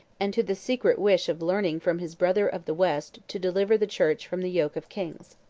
and to the secret wish of learning from his brother of the west, to deliver the church from the yoke of kings.